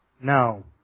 No